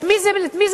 את מי זה מרתיע?